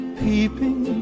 peeping